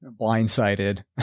blindsided